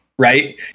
Right